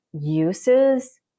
uses